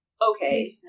Okay